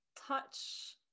touch